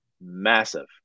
massive